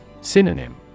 Synonym